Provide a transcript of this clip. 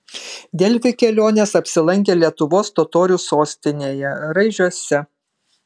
delfi kelionės apsilankė lietuvos totorių sostinėje raižiuose